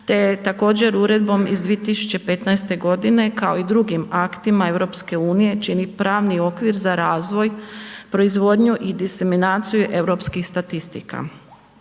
te također Uredbom iz 2015. godine kao i drugim aktima EU čini pravni okvir za razvoj, proizvodnju i diseminaciju europskih statistika.